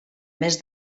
més